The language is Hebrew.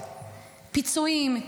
פיצויים,